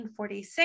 1946